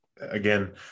again